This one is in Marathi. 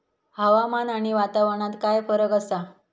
हवामान आणि वातावरणात काय फरक असा?